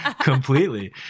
completely